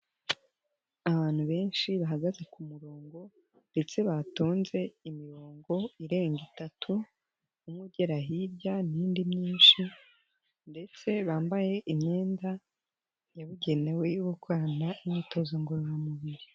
Abantu benshi bahagaze ku murongo ndetse batonze imirongo irenga itatu, umwe ugera hirya n'indi myinshi ndetse bambaye imyenda yabugenewe yo gukorana imyitozo ngororamubiri.